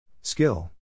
Skill